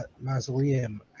mausoleum